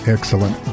Excellent